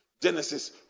genesis